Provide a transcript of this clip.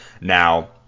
Now